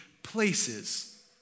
places